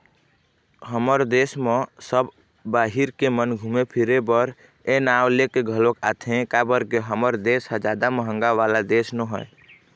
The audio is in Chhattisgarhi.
हमर देस म सब बाहिर के मन घुमे फिरे बर ए नांव लेके घलोक आथे काबर के हमर देस ह जादा महंगा वाला देय नोहय